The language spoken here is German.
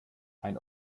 ein